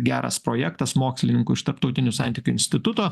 geras projektas mokslininkų iš tarptautinių santykių instituto